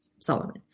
Solomon